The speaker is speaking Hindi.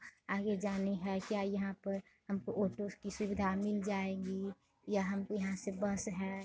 आगे जाने हैं क्या यहाँ पर हमको ओटो की सुविधा मिल जाएगी या हमको यहाँ से बस हैं